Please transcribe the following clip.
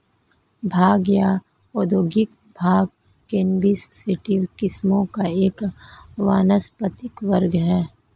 भांग या औद्योगिक भांग कैनबिस सैटिवा किस्मों का एक वानस्पतिक वर्ग है